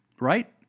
right